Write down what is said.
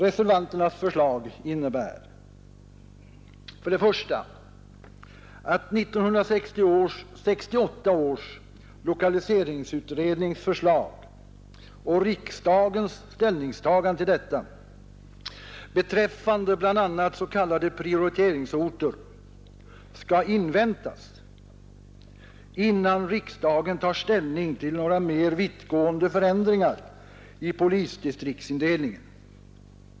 1. att 1968 års lokaliseringsutrednings förslag och riksdagens ställningstagande till detta beträffande bl.a. s.k. prioriteringsorter skall inväntas innan riksdagen tar ställning till några mer vittgående förändringar i polisdistriktsindelningen.